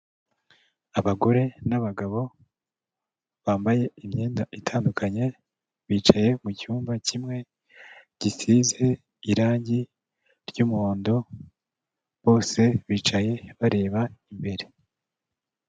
Abagore n'abagabo bambaye imyenda itandukanye, bicaye mu cyumba gisize irange ry'umuhondo, bose bicaye bareba imbere.